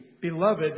beloved